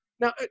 Now